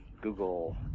Google